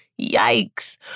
Yikes